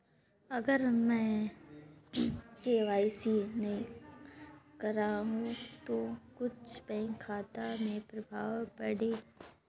अगर मे के.वाई.सी नी कराहू तो कुछ बैंक खाता मे प्रभाव पढ़ी?